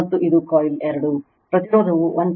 ಮತ್ತು ಇದು coiL2 ಪ್ರತಿರೋಧವು 1